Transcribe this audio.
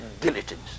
diligence